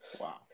Wow